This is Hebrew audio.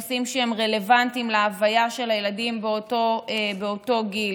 נושאים שהם רלוונטיים להוויה של הילדים באותו גיל,